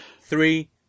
Three